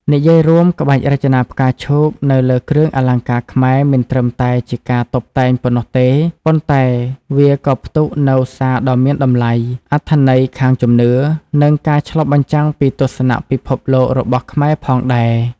និយាយរួម ក្បាច់រចនាផ្កាឈូកនៅលើគ្រឿងអលង្ការខ្មែរមិនត្រឹមតែជាការតុបតែងប៉ុណ្ណោះទេ ប៉ុន្តែវាក៏ផ្ទុកនូវសារដ៏មានតម្លៃ អត្ថន័យខាងជំនឿ និងការឆ្លុះបញ្ចាំងពីទស្សនៈពិភពលោករបស់ខ្មែរផងដែរ។